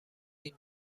این